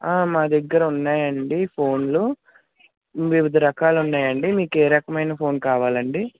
మా దగ్గరున్నాయండి ఫోన్లు వివిధ రకాలున్నాయండి మీకేరకమయిన ఫోన్ కావాలండి